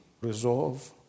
resolve